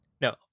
No